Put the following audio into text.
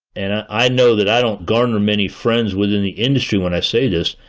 and i know that i don't garner many friends within the industry when i say this,